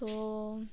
so